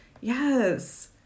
Yes